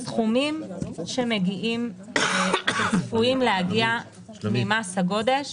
הסכומים שצפויים להגיע ממס הגודש